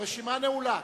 הרשימה נעולה.